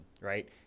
right